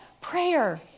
prayer